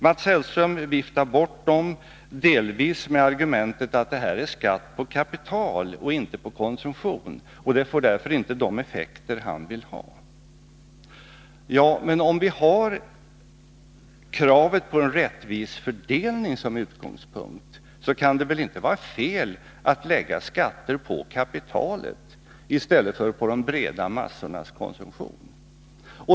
Mats Hellström viftar bort dem delvis med argumentet att de är skatt på kapital och inte på konsumtion och därför inte får de effekter han vill ha. Ja, men om vi har kravet på en rättvis fördelning som utgångspunkt, kan det väl inte vara fel att lägga skatter på Nr 50 kapitalet i stället för på de breda massornas konsumtion.